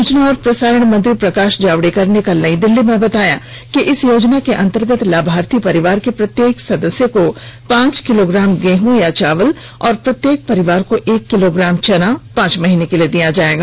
सूचना और प्रसारण मंत्री प्रकाश जावड़ेकर ने कल नई दिल्ली में बताया कि इस योजना के अन्तर्गत लाभार्थी परिवार के प्रत्येक सदस्य को पांच किलोग्राम गेहूं या चावल और प्रत्येक परिवार को एक किलोग्राम चना पांच महीने के लिए दिया जाएगा